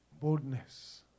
Boldness